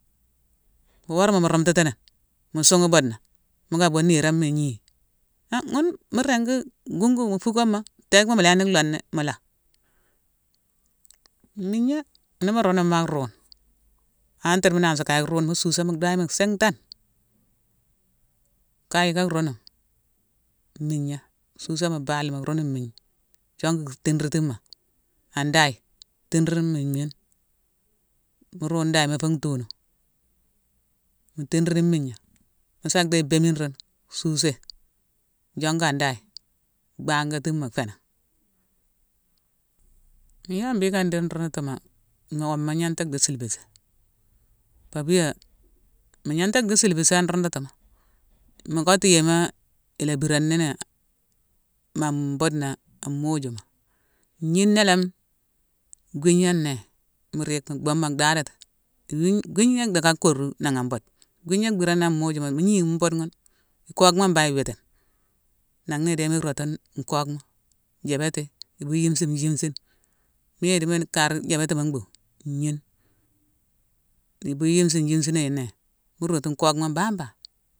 Worama mu runtatini, mu sunghé buudena mu ka bhur niiroma igni. Han ghune mu ringi gungu mu fuckoma, téégma mu léni lhooni, mu lakh. Mmigna, ni mu runumi a ruune, antre mu nansi kaye a ruune, mu suusé mu dhayema sintane, kaye ka runume mmigna, suusé mu balima, runume mmigna, jongu tinritima an daye, tinrine mmigna. Mu ruune dayema foo ntunu, mu tinrine mmigna, musa déye bémigne rune susé, jongu an daye bangatima fénan. Yala mbhické ndi nruudutuma, woma gnanta dhi silvisé? Pabia mu gnanta dhi silvisé an rundutuma. Mu kottu yéma-a ila biran nini man budena, an mujuma: ngnina lami, gwigna né, mu riige mu bhuma daadati. Iwigne-gwigna dhicka koru nan gha an budena. Gwigna birani an mujuma, mu gni ghune bude ghune, nkockma mbangh iwitine. Nan na idéma irotane nkockma: jabéti, ibuiyi yimesine-yimesine. Mu yéye idimo kar jabétima mbu; ngnine. Ibuiyi yimesine-yimesine mu rotu nkockma mbangh bane.